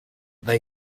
they